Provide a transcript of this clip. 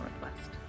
Northwest